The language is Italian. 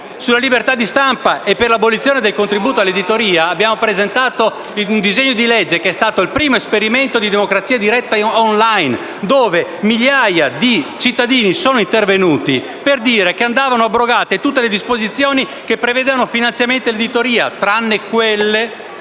sulla libertà di stampa e sull'abolizione del contributo all'editoria abbiamo presentato un disegno di legge che è stato il primo esperimento di democrazia diretta *online*: migliaia di cittadini sono intervenuti per dire che andavano abrogate tutte le disposizioni che prevedevano finanziamenti all'editoria, tranne quelle